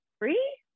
free